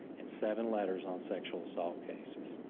and seven letters on sexual assault cases.